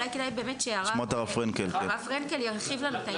אולי כדאי שהרב פרנקל ירחיב לנו את העניין.